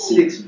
Six